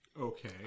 Okay